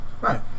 Right